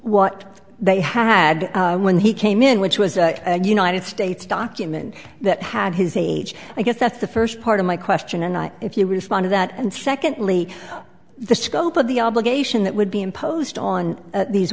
what they had when he came in which was and united states documents that had his age i guess that's the first part of my question and i if you respond to that and secondly the scope of the obligation that would be imposed on these